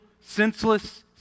senseless